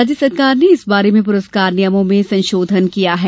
राज्य शासन ने इस बारे में पुरस्कार नियमों में संशोधन किया है